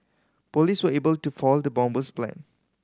police were able to foil the bomber's plan